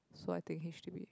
so I think h_d_b